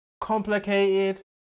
Complicated